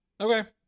Okay